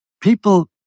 people